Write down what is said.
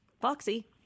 Foxy